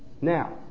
Now